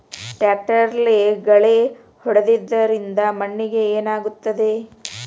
ಟ್ರಾಕ್ಟರ್ಲೆ ಗಳೆ ಹೊಡೆದಿದ್ದರಿಂದ ಮಣ್ಣಿಗೆ ಏನಾಗುತ್ತದೆ?